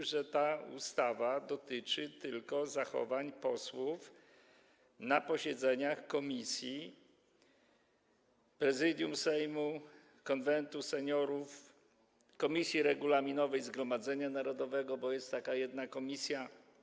Chodzi o to, że ta ustawa dotyczy tylko zachowań posłów na posiedzeniach komisji, Prezydium Sejmu, Konwentu Seniorów, Komisji Regulaminowej Zgromadzenia Narodowego - bo jest jedna taka komisja.